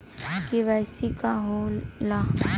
इ के.वाइ.सी का हो ला?